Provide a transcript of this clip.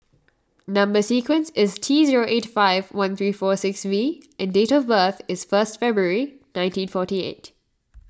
Number Sequence is T zero eight five one three four six V and date of birth is first February nineteen forty eight